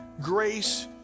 grace